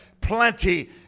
plenty